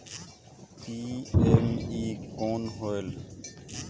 PME कौन होयल?